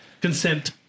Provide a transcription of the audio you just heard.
Consent